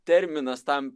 terminas tam